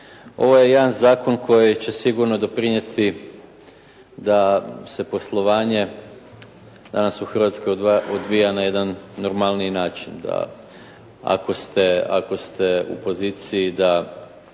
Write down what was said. Ovo je jedan zakon koji će sigurno doprinijeti da se poslovanje danas u Hrvatskoj odvija na jedan normalniji način. Da ako ste u poziciji da